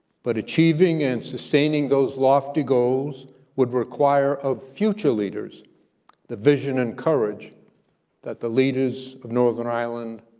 but achieving and sustaining those lofty goals would require of future leaders the vision and courage that the leaders of northern ireland,